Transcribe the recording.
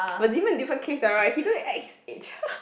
but Zemen different case lah right he don't act his age